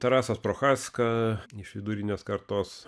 tarasas prochaska iš vidurinės kartos